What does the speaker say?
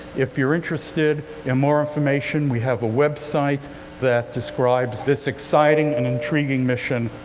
if you're interested in more information, we have a website that describes this exciting and intriguing mission,